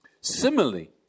Similarly